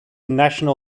national